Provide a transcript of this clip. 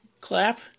clap